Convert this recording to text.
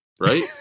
right